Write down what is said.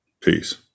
peace